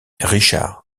richard